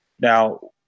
now